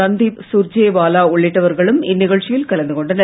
ரண்தீப் சூர்ஜேவாலா உள்ளிட்டவர்களும் இந்நிகழ்ச்சியில் கலந்து கொண்டனர்